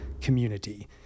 community